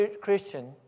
Christian